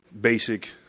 basic